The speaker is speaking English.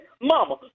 mama